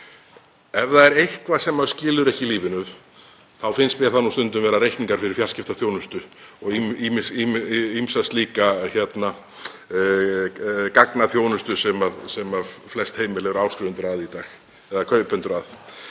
Ef það er eitthvað sem maður skilur ekki í lífinu þá finnst mér það nú stundum vera reikningar fyrir fjarskiptaþjónustu og ýmsri slíkri gagnaþjónustu sem flest heimili eru áskrifendur að í dag eða kaupendur.